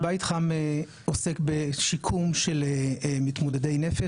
בית חם עוסק בשיקום של מתמודדי נפש.